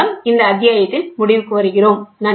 இதன் மூலம் இந்த அத்தியாயத்தின் முடிவுக்கு வருகிறோம்